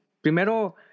Primero